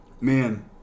man